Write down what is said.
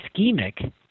ischemic